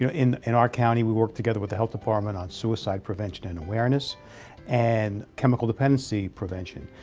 you know in in our county we work together with the health department on suicide prevention and awareness and chemical dependency prevention.